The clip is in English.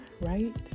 right